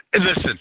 Listen